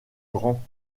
grands